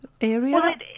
area